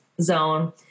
zone